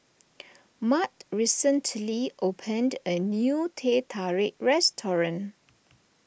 Mart recently opened a new Teh Tarik restaurant